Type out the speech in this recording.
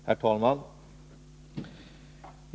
Herr talman!